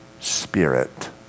Spirit